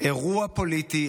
אירוע פוליטי,